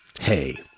hey